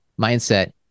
mindset